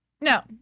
No